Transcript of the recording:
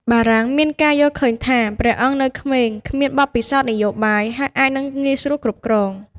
បារាំងមានការយល់ឃើញថា ព្រះអង្គនៅក្មេង គ្មានបទពិសោធន៍នយោបាយ ហើយអាចនឹងងាយស្រួលគ្រប់គ្រង។